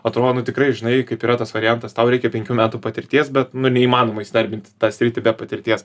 atro nu tikrai žinai kaip yra tas variantas tau reikia penkių metų patirties bet nu neįmanoma įsidarbint į tą sritį be patirties